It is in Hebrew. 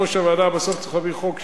בסוף צריך להביא חוק שהוא טוב,